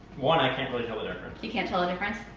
one, i can't really tell the difference. you can't tell the difference?